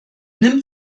nimmt